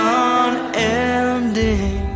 unending